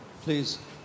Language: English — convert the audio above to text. Please